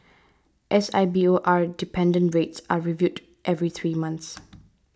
S I B O R dependent rates are reviewed every three months